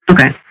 Okay